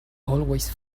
always